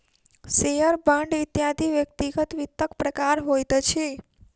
share, bond इत्यादि व्यक्तिगत वित्तक प्रकार होइत अछि